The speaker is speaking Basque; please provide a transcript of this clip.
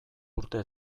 urte